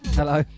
hello